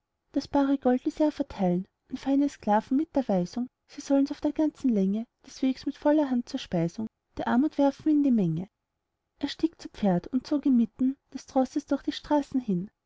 das bare gold ließ er verteilen an feine sklaven mit der weisung sie sollten's auf der ganzen länge des wegs mit voller hand zur speisung der armut werfen in die menge er stieg zu pferd und zog inmitten des trosses durch die straßen hin